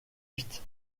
huit